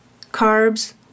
carbs